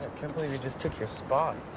can't believe he just took your spot.